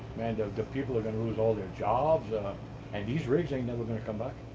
and the people are gonna lose all their jobs and these rigs ain't never gonna come back.